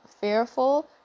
Fearful